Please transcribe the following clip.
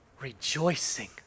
rejoicing